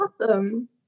awesome